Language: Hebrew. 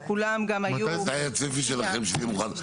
לכולם גם היו -- מתי הצפי שלכם שיהיה מוכן?